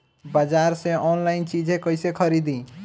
बाजार से आनलाइन चीज कैसे खरीदी?